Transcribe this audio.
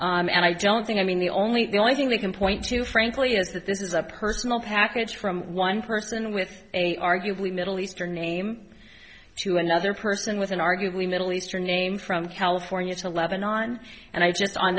and i don't think i mean the only the only thing they can point to frankly is that this is a personal package from one person with a arguably middle eastern name to another person with an arguably middle eastern name from california to lebanon and i just on